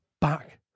back